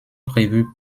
prévue